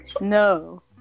No